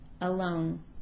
alone